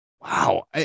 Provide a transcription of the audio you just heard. Wow